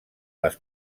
les